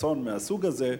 לאסון מהסוג הזה,